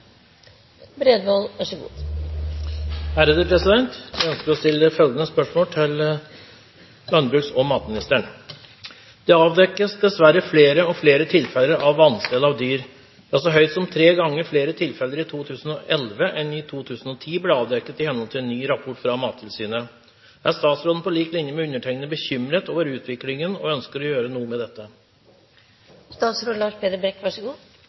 matministeren: «Det avdekkes dessverre flere og flere tilfeller av vanstell av dyr. Ja, så høyt som tre ganger flere tilfeller i 2011 enn i 2010 ble avdekket i henhold til en ny rapport fra Mattilsynet. Er statsråden på lik linje med undertegnede bekymret over utviklingen og ønsker å gjøre noe med